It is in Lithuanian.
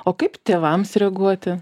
o kaip tėvams reaguoti